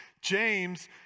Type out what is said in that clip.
James